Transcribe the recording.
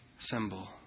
symbol